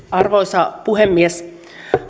arvoisa puhemies